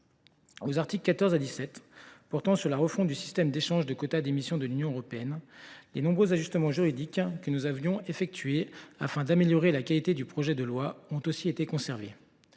Aux articles 14 à 17, portant sur la refonte du système d’échange des quotas d’émission de l’Union européenne, les nombreux ajustements juridiques que nous avions opérés afin d’améliorer la qualité du projet de loi ont eux aussi été maintenus.